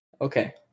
Okay